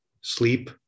sleep